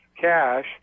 cash